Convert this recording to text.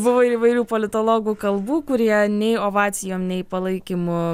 buvo įvairių politologų kalbų kurie nei ovacijom nei palaikymu